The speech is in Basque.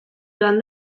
joan